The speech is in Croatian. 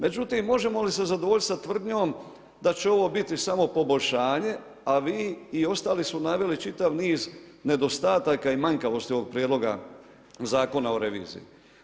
Međutim, možemo li se zadovoljiti sa tvrdnjom, da će ovo biti samo poboljšanje, a vi i ostali su naveli čitav niz nedostataka i manjkavosti ovog prijedloga Zakona o reviziji.